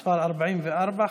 מס' 44,